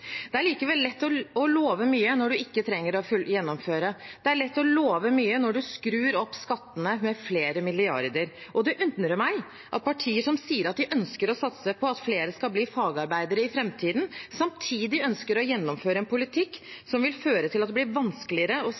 Det er likevel lett å love mye når man ikke trenger å gjennomføre. Det er lett å love mye når man skrur opp skattene med flere milliarder. Det undrer meg at partier som sier at de ønsker å satse på at flere skal bli fagarbeidere i framtiden, samtidig ønsker å gjennomføre en politikk som vil føre til at det blir vanskeligere å